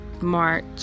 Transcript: March